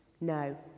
No